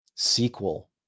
Sequel